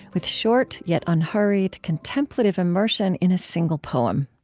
with short yet unhurried, contemplative immersion in a single poem.